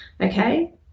Okay